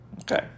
Okay